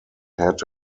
had